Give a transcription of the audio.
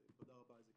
אז תודה רבה על זה,